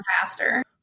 faster